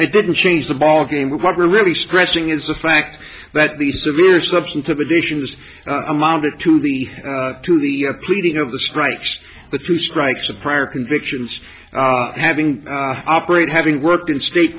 it didn't change the ballgame what really stressing is the fact that these severe substantive additions amounted to the to the pleading of the strikes but two strikes of prior convictions having operate having worked in state